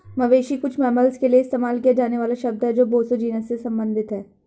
मवेशी कुछ मैमल्स के लिए इस्तेमाल किया जाने वाला शब्द है जो बोसो जीनस से संबंधित हैं